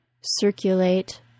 circulate